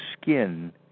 skin